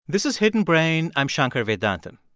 this is hidden brain. i'm shankar vedantam.